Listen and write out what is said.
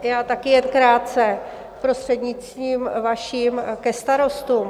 Já taky jen krátce, prostřednictvím vašim, ke starostům.